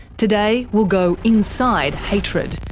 today we'll go inside hatred,